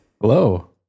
Hello